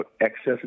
excess